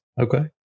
Okay